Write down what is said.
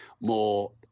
more